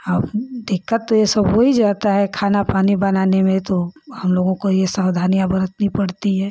औ दिक्कत तो यह सब हो ही जाता है खाना पानी बनाने में तो हम लोगों को यह सावधानियाँ बरतनी पड़ती है